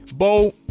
Bo